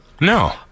No